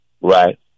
Right